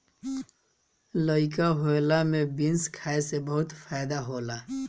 लइका होखला में बीन्स खाए से बहुते फायदा होला